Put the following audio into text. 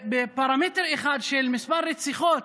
בפרמטר אחד, של מספר רציחות,